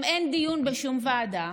גם אין דיון בשום ועדה,